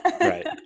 Right